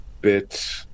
bit